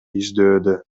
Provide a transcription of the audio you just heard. издөөдө